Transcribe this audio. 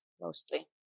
mostly